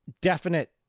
definite